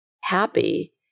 happy